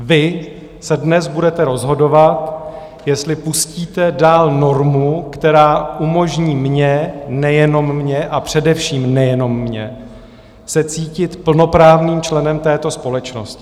Vy se dnes budete rozhodovat, jestli pustíte dál normu, která umožní mně, nejenom mně, a především nejenom mně, se cítit plnoprávným členem této společnosti.